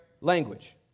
language